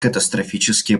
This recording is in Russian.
катастрофические